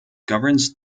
governs